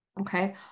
okay